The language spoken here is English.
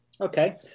Okay